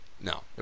No